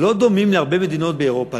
לא דומים להרבה מדינות באירופה.